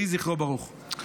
יהי זכרו ברוך.